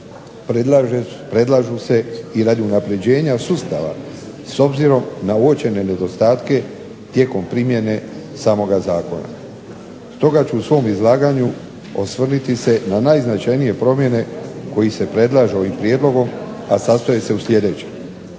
predlažu se i radi unapređenja sustava, s obzirom na uočene nedostatke tijekom primjene samoga zakona, stoga ću u svom izlaganju osvrnuti se na najznačajnije promjene koji se predlažu ovim prijedlogom, a sastoje se u sljedećem.